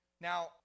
Now